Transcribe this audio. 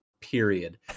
period